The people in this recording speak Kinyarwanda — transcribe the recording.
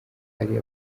ari